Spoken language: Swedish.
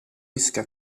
ryska